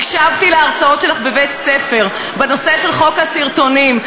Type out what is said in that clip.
הקשבתי להרצאות שלך בבתי-ספר בנושא של חוק הסרטונים,